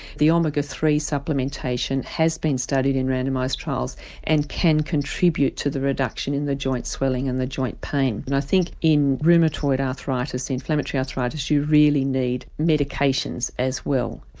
the omega three supplementation has been studied in randomised trials and can contribute to the reduction in the joint swelling and the joint pain. and i think in rheumatoid arthritis, inflammatory arthritis, you really need medications as well.